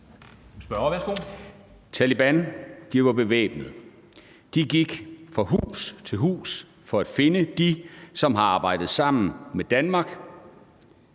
Taleban var bevæbnede. De gik fra hus til hus for at finde dem, som har arbejdet sammen med Danmark